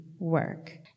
work